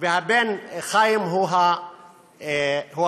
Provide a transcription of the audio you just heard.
והבן חיים הוא החומץ.